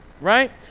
right